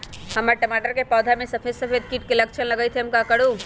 हमर टमाटर के पौधा में सफेद सफेद कीट के लक्षण लगई थई हम का करू?